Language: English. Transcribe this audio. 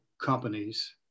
companies